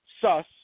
sus